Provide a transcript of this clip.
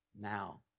now